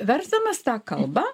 versdamas tą kalbą